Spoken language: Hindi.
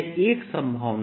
यह एक संभावना है